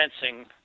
fencing